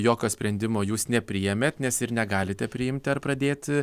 jokio sprendimo jūs nepriėmėt nes ir negalite priimti ar pradėti